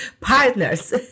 partners